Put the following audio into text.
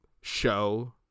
show